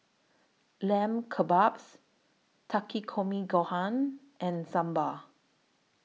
Lamb Kebabs Takikomi Gohan and Sambar